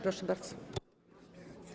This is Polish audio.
Proszę bardzo.